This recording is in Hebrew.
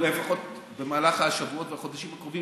לפחות במהלך השבועות והחודשים הקרובים,